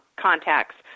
contacts